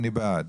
אני בעד